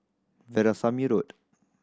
Veerasamy Road